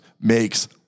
makes